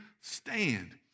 stand